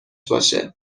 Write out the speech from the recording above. باشه